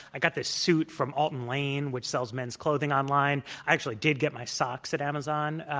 i got this suit from alton lane, which sells men's clothing online. i actually did get my socks at amazon.